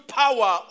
power